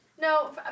No